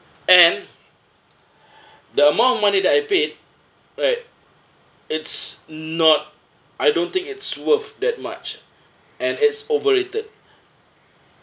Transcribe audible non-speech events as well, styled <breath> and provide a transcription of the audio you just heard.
and <breath> the amount of money that I paid right it's not I don't think it's worth that much and it's overrated